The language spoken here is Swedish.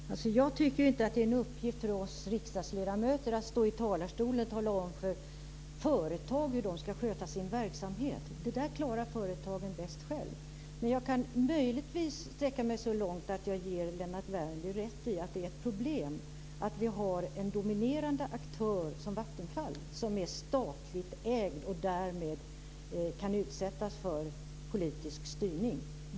Herr talman! Jag tycker inte att det är en uppgift för oss riksdagsledamöter att från talarstolen tala om för företag hur de ska sköta sin verksamhet. Det klarar företagen bäst själva. Jag kan möjligtvis sträcka mig så långt att jag ger Lennart Värmby rätt i att det är ett problem att vi har en dominerande aktör som Vattenfall, som är statligt ägd och därmed kan utsättas för politisk styrning.